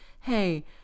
Hey